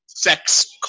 sex